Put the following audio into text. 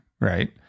right